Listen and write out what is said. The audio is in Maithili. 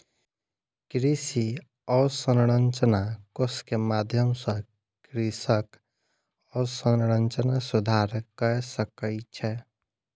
कृषि अवसंरचना कोष के माध्यम सॅ कृषक अवसंरचना सुधार कय सकै छै